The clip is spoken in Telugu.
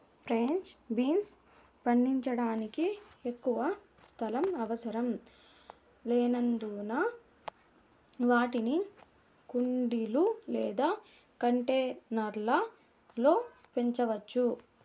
ఫ్రెంచ్ బీన్స్ పండించడానికి ఎక్కువ స్థలం అవసరం లేనందున వాటిని కుండీలు లేదా కంటైనర్ల లో పెంచవచ్చు